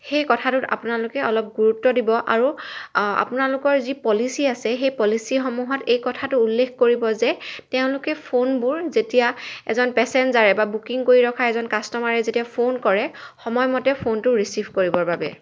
সেই কথাটোত আপোনালোকে অলপ গুৰুত্ব দিব আৰু আপোনালোকৰ যি পলিচি আছে সেই পলিচিসমূহত এই কথাটো উল্লেখ কৰিব যে তেওঁলোকে ফোনবোৰ যেতিয়া এজন পেছেঞ্জাৰে বা বুকিং কৰি ৰখা এজন কাষ্টমাৰে যেতিয়া ফোন কৰে সময়মতে ফোনটো ৰিচিভ কৰিবৰ বাবে